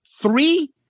three